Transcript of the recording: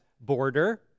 border